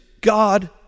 God